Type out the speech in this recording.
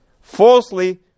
Falsely